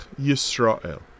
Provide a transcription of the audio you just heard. Yisrael